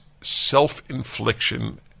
self-infliction